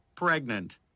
Pregnant